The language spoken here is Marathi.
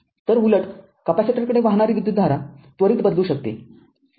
तर उलटकॅपेसिटरकडे वाहणारी विद्युतधारा त्वरित बदलू शकते